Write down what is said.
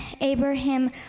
Abraham